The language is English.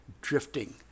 drifting